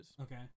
Okay